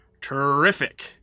Terrific